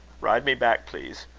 ride me back, please.